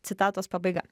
citatos pabaiga